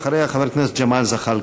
אחריה, חבר הכנסת ג'מאל זחאלקה.